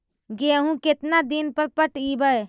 गेहूं केतना दिन पर पटइबै?